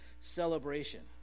celebration